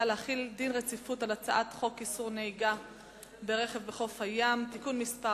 להחיל דין רציפות על הצעת חוק יסודות התקציב (תיקון מס'